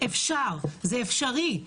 זה אפשרי.